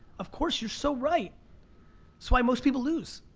of course you're so right, it's why most people lose.